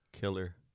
Killer